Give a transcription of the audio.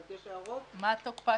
והשינויים.